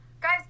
guys